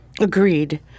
Agreed